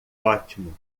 ótimo